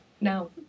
no